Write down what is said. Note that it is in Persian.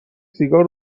سیگار